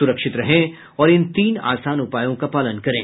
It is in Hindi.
सुरक्षित रहें और इन तीन आसान उपायों का पालन करें